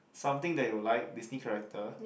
some thing that you'll like Disney character